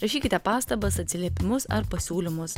rašykite pastabas atsiliepimus ar pasiūlymus